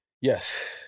Yes